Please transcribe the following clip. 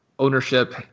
Ownership